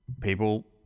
people